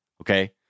Okay